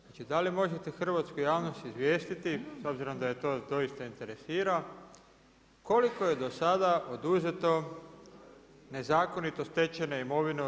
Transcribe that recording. Znači da li možete hrvatsku javnost izvijestiti s obzirom da je to doista interesira, koliko je do sada oduzeto nezakonito stečene imovine u RH?